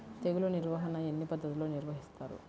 తెగులు నిర్వాహణ ఎన్ని పద్ధతుల్లో నిర్వహిస్తారు?